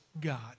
God